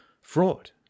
fraud